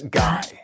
guy